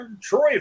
Troy